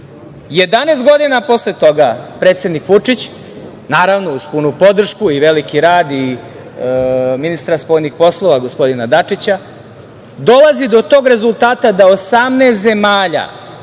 godina posle toga, predsednik Vučić, naravno uz punu podršku i veliki rad ministra spoljnih poslova, gospodina Dačića, dolazi do tog rezultata, 18 zemalja